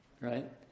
Right